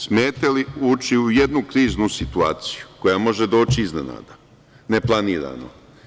Smete li ući u jednu kriznu situaciju koja može doći iznenada, neplanirano?